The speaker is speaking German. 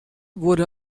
wurde